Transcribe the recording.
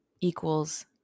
equals